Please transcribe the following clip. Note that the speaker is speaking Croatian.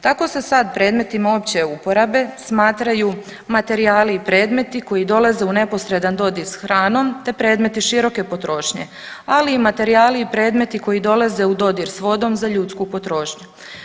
Tako se sad predmetima opće uporabe smatraju materijali i predmeti koji dolaze u neposredan dodir s hranom te predmeti široke potrošnje, ali i materijali i predmeti koji dolaze u dodir s vodom za ljudsku potrošnju.